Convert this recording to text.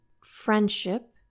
friendship